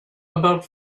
about